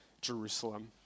Jerusalem